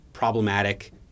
problematic